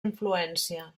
influència